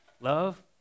Love